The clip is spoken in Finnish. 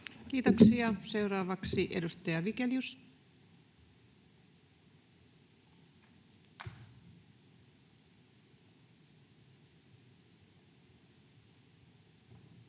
Kiitoksia. — Seuraavaksi edustaja Vigelius.